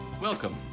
Welcome